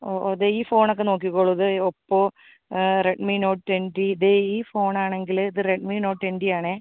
ഓ ഓ ദേ ഈ ഫോണൊക്കെ നോക്കിക്കോളൂ ഇത് Oppo Redmi Note N D ദേ ഈ ഫോണാണെങ്കിൽ ഇത് റെഡ്മി നോട്ട് എൻ ഡിയാണേ